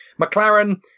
McLaren